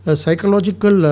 psychological